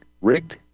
rigged